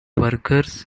workers